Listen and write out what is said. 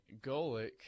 Golic